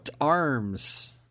arms